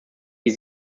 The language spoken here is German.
die